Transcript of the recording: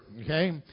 Okay